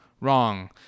wrong